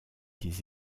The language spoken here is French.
des